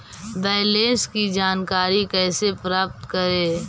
Balance की जानकारी कैसे प्राप्त करे?